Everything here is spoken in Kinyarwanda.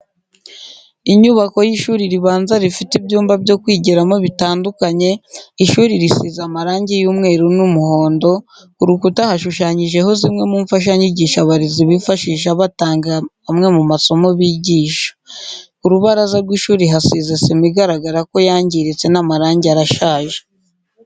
Inyubako y'ishuri ribanza rifite ibyumba byo kwigiramo bitandukanye, ishuri risize amarangi y'umweru n'umuhondo, ku rukuta hashushanyijeho zimwe mu mfashanyigisho abarezi bifashisha batanga amwe mu masomo bigisha. Ku rubaraza rw'ishuri hasize sima igaragara ko yangiritse n'amarangi arashaje.